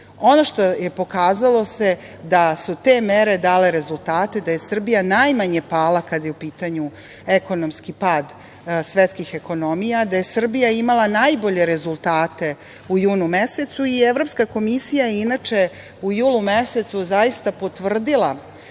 što se pokazalo je da su te mere dale rezultate, da je Srbija najmanje pala kada je u pitanju ekonomski pad svetskih ekonomija, da je Srbija imala najbolje rezultate u junu mesecu. I Evropska komisija je, inače, u julu mesecu zaista potvrdila